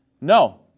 No